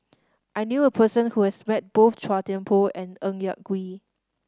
I knew a person who has met both Chua Thian Poh and Ng Yak Whee